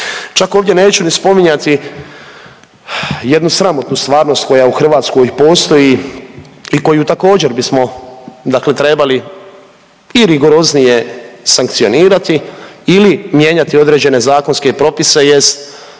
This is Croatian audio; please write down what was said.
Čak ovdje neću ni spominjati jednu sramotnu stvarnost koja u Hrvatskoj postoji i koju također, bismo dakle trebali i rigoroznije sankcionirati ili mijenjati određene zakonske propise, jest